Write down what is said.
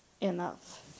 enough